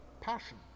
passion